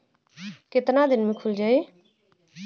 कितना दिन में खुल जाई?